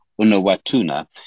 Unawatuna